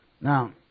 Now